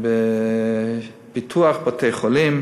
בפיתוח בתי-חולים,